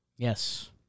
Yes